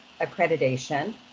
accreditation